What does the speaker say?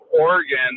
Oregon